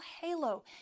halo